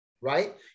Right